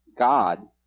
God